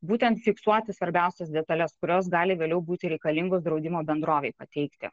būtent fiksuoti svarbiausias detales kurios gali vėliau būti reikalingos draudimo bendrovei pateikti